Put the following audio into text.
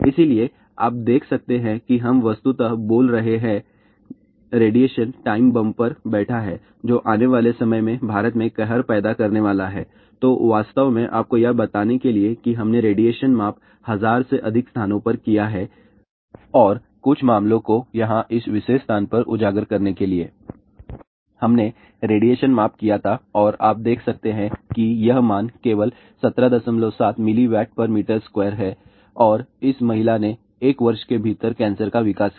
इसलिए आप देख सकते हैं कि हम वस्तुतः बोल रहे हैं रेडिएशन टाइम बम पर बैठा है जो आने वाले समय में भारत में कहर पैदा करने वाला है तो बस आपको यह बताने के लिए कि हमने रेडिएशन माप हजार से अधिक स्थानों पर किया है और कुछ मामलों को यहाँ इस विशेष स्थान पर उजागर करने के लिए हमने रेडिएशन माप किया था और आप देख सकते हैं कि यह मान केवल 177 mWm2 हैं और इस महिला ने 1 वर्ष के भीतर कैंसर का विकास किया